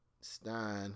Stein